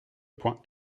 point